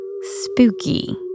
Spooky